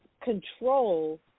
control